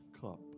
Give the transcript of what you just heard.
cup